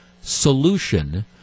solution